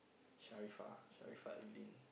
Sharifah Sharifah